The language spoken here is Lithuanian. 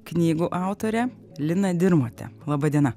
knygų autorę lina dirmotę laba diena